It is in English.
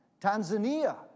Tanzania